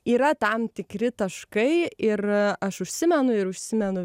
yra tam tikri taškai ir aš užsimenu ir užsimenu